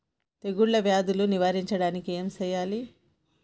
తెగుళ్ళ వ్యాధులు నివారించడానికి ఏం చేయాలి?